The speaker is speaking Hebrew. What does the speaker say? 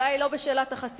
הבעיה היא לא שאלת החסינות,